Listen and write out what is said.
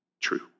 true